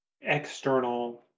external